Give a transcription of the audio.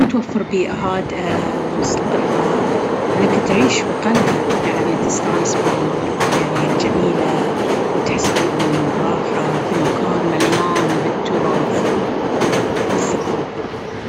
وتوفر بيئة هادئة ومستقرة. انك تعيش في قلعة يعني تستانس بالمناظر الطبيعية الجميلة، وتحس بالأمان والراحة في مكان مليان بالتراث والثقافة.